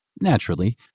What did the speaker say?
naturally